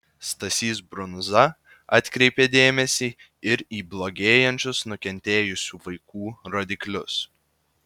stasys brunza atkreipė dėmesį ir į blogėjančius nukentėjusių vaikų rodiklius